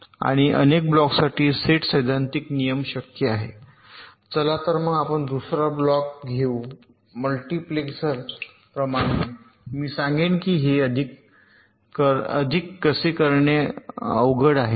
आणि अनेक ब्लॉकसाठी सेट सैद्धांतिक नियम शक्य आहेत चला तर आपण दुसरा ब्लॉक घेऊ मल्टीप्लेक्सर प्रमाणे मी सांगेन की हे कसे करणे अधिक अवघड आहे